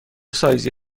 سایزی